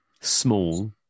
small